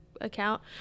Account